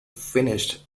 finished